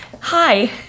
Hi